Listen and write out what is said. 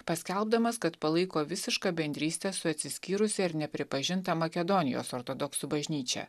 paskelbdamas kad palaiko visišką bendrystę su atsiskyrusia ir nepripažinta makedonijos ortodoksų bažnyčia